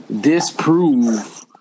disprove